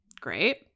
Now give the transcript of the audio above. Great